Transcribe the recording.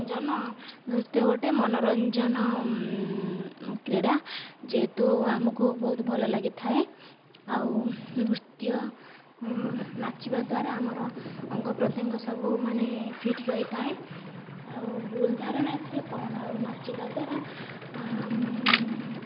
ଜନ ନୃତ୍ୟ ଗୋଟେ ମନୋରଞ୍ଜନ କ୍ରୀଡ଼ା ଯେହେତୁ ଆମକୁ ବହୁତ ଭଲ ଲାଗିଥାଏ ଆଉ ନୃତ୍ୟ ନାଚିବା ଦ୍ୱାରା ଆମର ଅଙ୍ଗ ପ୍ରତ୍ୟେଙ୍ଗ ସବୁ ମାନେ ଫିଟ୍ ରହିଥାଏ ଆଉ ଭୁଲ୍ ଧାରଣା ଏଥିରେ କ'ଣ ଆଉ ନାଚିବା ଦ୍ୱାରା